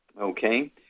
okay